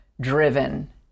driven